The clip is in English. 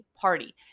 party